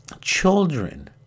children